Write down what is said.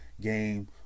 game